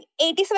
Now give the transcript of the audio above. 87%